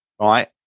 right